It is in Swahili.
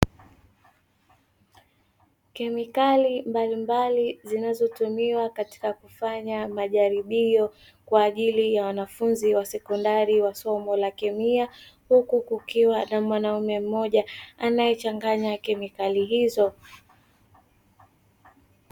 Kemikali mbalimbali zinazotumiwa katika kufanya majaribio kwa ajili ya wanafunzi wa sekondari wa somo la kemia, huku kukiwa na mwanaume mmoja anayechanganya kemikali hizo.